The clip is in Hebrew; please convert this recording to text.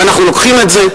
ואנחנו לוקחים את זה,